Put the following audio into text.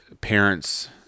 parents